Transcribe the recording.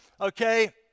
okay